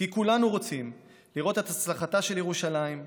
כי כולנו רוצים לראות את הצלחתה של ירושלים,